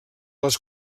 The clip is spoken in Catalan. les